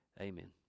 Amen